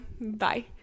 Bye